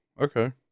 Okay